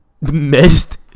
missed